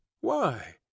Why